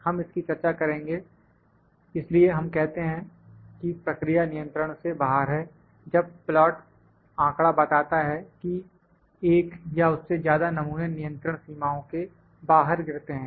हम इसकी चर्चा करेंगे इसलिए हम कहते हैं कि प्रक्रिया नियंत्रण से बाहर है जब प्लाट आंकड़ा बताता है कि एक या उससे ज्यादा नमूने नियंत्रण सीमाओं के बाहर गिरते हैं